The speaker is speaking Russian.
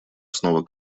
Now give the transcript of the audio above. снова